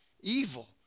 evil